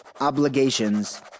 obligations